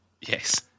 Yes